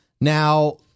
Now